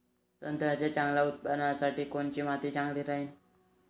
संत्र्याच्या चांगल्या उत्पन्नासाठी कोनची माती चांगली राहिनं?